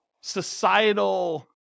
societal